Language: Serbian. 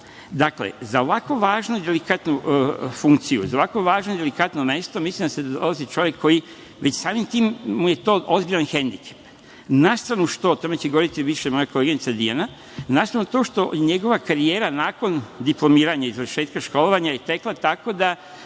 za ovako važnu i delikatnu funkciju, za ovako važno i delikatno mesto, mislim da dolazi čovek koji, već samim tim mu je to ozbiljan hendikep. Na stranu što, o tome će govoriti više moja koleginica Dijana, na stranu to što je njegova karijera nakon diplomiranja i završetka školovanja tekla tako da